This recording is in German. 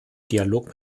dialog